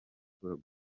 expo